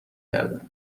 کردن